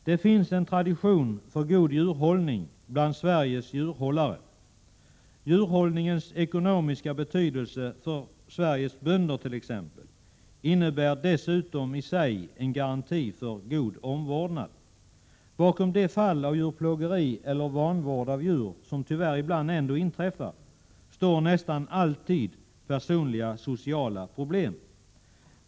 Det finns en tradition för god djurhållning bland Sveriges djurhållare. Djurhållningens ekonomiska betydelse för Sveriges bönder t.ex. innebär dessutom i sig en garanti för god omvårdnad. Bakom fall av djurplågeri eller vanvård av djur, som tyvärr ibland ändå inträffar, står nästan alltid personliga sociala problem.